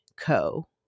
Co